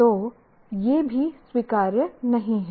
तो यह भी स्वीकार्य नहीं है